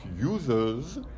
users